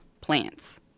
plants